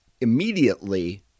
immediately